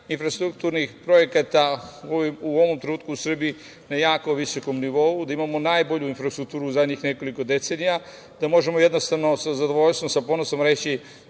infrastrukturnih projekata u ovom trenutku u Srbiji na jako visokom nivou, da imamo najbolju infrastrukturu u zadnjih nekoliko decenija, da možemo jednostavno sa zadovoljstvom, sa ponosom reći